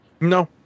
No